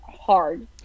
hard